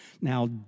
Now